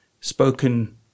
spoken